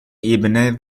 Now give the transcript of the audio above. ebene